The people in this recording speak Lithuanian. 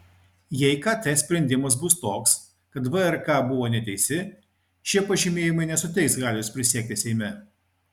jei kt sprendimas bus toks kad vrk buvo neteisi šie pažymėjimai nesuteiks galios prisiekti seime